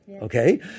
okay